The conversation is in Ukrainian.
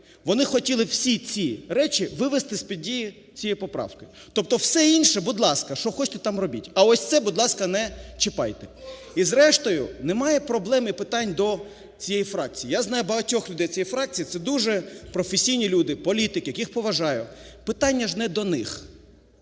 Вони хотіли всі ці речі вивести з-під дії цієї поправки. Тобто все інше – будь ласка, що хочете, там робіть, а ось це, будь ласка, не чіпайте. І зрештою, немає проблем і питань до цієї фракції. Я знаю багатьох людей цієї фракції, це дуже професійні люди, політики, яких поважаю. Питання ж не до них,